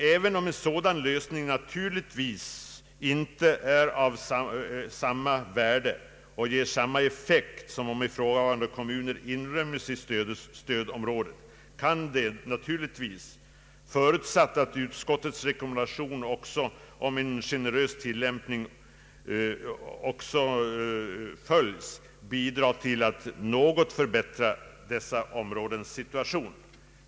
Även om en sådan lösning naturligtvis inte är av samma värde och ger samma effekt som om ifrågavarande kommuner inryms i stödområdet kan den, förutsatt att utskottets rekommendation om en generös tillämpning också följs, bidra till att något förbättra dessa områdens situation.